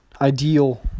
Ideal